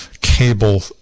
cable